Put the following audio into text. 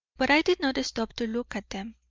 but i did not stop to look at them.